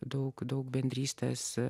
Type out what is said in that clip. daug daug bendrystės